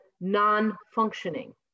non-functioning